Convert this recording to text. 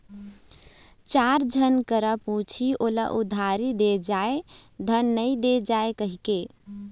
चार झन करा पुछही ओला उधारी दे जाय धन नइ दे जाय कहिके